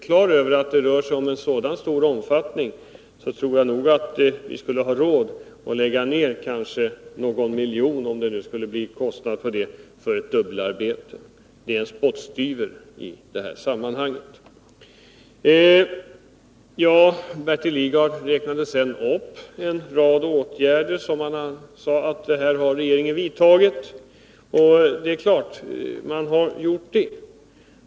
Den miljon som ett eventuellt dubbelarbete skulle kosta är alltså en spottstyver i detta sammanhang. Bertil Lidgard räknade upp en rad åtgärder som regeringen har vidtagit.